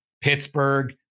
Pittsburgh